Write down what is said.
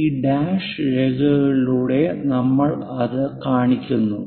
ഈ ഡാഷ് രേഖകളിലൂടെ നമ്മൾ അത് കാണിക്കുന്നു